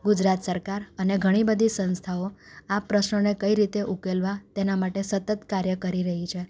ગુજરાત સરકાર અને ઘણી બધી સંસ્થાઓ આ પ્રશ્નને કઈ રીતે ઉકેલવા તેના માટે સતત કાર્ય કરી રહી છે